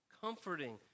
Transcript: comforting